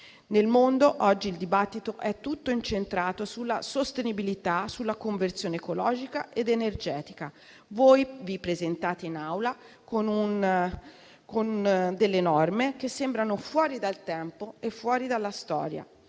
Nel mondo oggi il dibattito è tutto incentrato sulla sostenibilità, sulla conversione ecologica ed energetica. Voi vi presentate in Aula con delle norme che sembrano fuori dal tempo e fuori dalla storia,